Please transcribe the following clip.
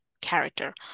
character